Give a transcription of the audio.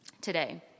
today